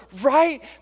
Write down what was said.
right